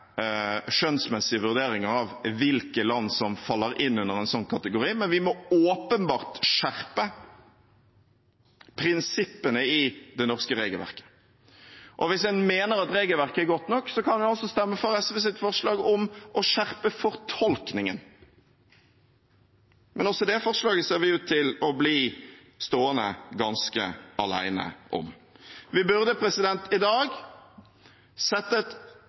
skjønnsmessige vurderinger av hvilke land som faller inn under en sånn kategori, men vi må åpenbart skjerpe prinsippene i det norske regelverket. Og hvis en mener at regelverket er godt nok, kan en også stemme for SVs forslag om å skjerpe fortolkningen. Men også det forslaget ser vi ut til å bli stående ganske alene om. Vi burde i dag sette et